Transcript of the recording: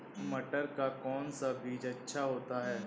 मटर का कौन सा बीज अच्छा होता हैं?